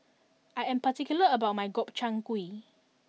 I am particular about my Gobchang Gui